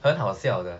很好笑的